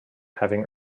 having